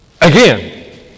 again